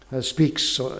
speaks